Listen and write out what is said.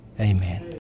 Amen